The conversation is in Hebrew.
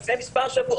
לפני מספר שבועות,